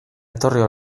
etorriko